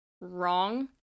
wrong